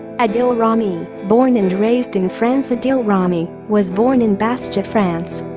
adil rami born and raised in france adil rami was born in bastia, france.